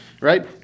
right